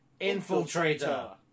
Infiltrator